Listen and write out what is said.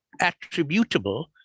attributable